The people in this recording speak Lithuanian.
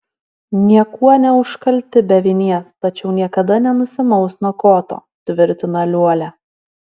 niekuo neužkalti be vinies tačiau niekada nenusimaus nuo koto tvirtina liuolia